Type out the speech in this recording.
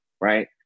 right